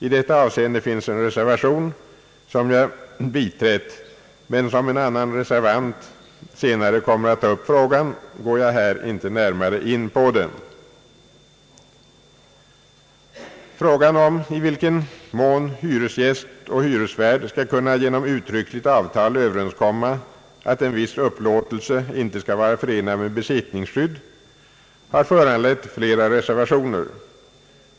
I detta avseende finns en reservation som jag biträtt, men eftersom en annan reservant senare kommer att ta upp denna fråga, går jag inte närmare in på den. Frågan om i vilken mån hyresgäst och hyresvärd skall kunna genom uttryckligt avtal överenskomma att en viss upplåtelse inte skall vara förenad med besittningsskydd har föranlett flera reservationer.